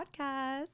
podcast